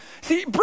See